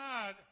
God